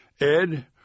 Ed